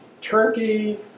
Turkey